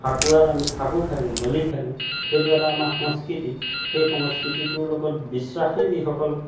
ফাকুৱাত আমি ফাকু খেলোঁ হোলী খেলোঁ সেইটো এটা আমাৰ সংস্কৃতি সেই সংস্কৃতিটোৰ লগত বিশ্বাসী যিসকল